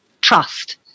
trust